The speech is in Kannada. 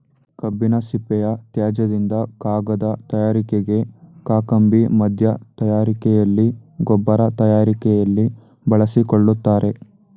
ಕಬ್ಬಿನ ಸಿಪ್ಪೆಯ ತ್ಯಾಜ್ಯದಿಂದ ಕಾಗದ ತಯಾರಿಕೆಗೆ, ಕಾಕಂಬಿ ಮಧ್ಯ ತಯಾರಿಕೆಯಲ್ಲಿ, ಗೊಬ್ಬರ ತಯಾರಿಕೆಯಲ್ಲಿ ಬಳಸಿಕೊಳ್ಳುತ್ತಾರೆ